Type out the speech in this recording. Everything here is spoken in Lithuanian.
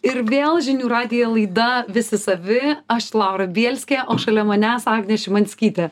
ir vėl žinių radijo laida visi savi aš laura bielskė o šalia manęs agnė šimanskytė